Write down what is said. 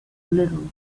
little